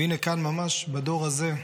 והינה כאן, ממש בדור הזה,